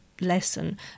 lesson